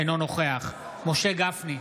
אינו נוכח משה גפני,